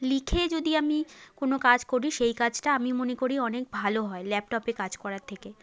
লিখে যদি আমি কোনো কাজ করি সেই কাজটা আমি মনে করি অনেক ভালো হয় ল্যাপটপে কাজ করার থেকে